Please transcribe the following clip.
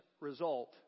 result